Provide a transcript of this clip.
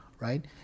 right